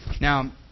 Now